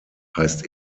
heißt